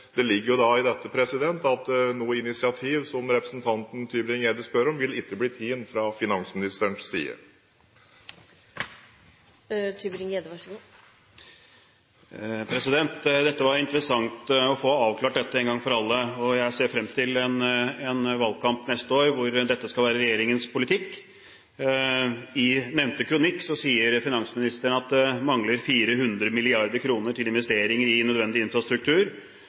i dette at noe initiativ som det representanten Tybring-Gjedde spør om, vil ikke bli tatt fra finansministerens side. Det var interessant å få avklart dette en gang for alle. Jeg ser frem til en valgkamp neste år der dette skal være regjeringens politikk. I nevnte kronikk sier finansministeren at det mangler 400 mrd. kr til investeringer i nødvendig infrastruktur.